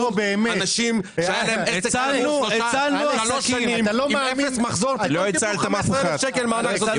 אנשים שהיה להם עסק עם אפס מחזור קיבלו 15 אלף שקלים מענק.